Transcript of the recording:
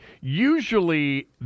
usually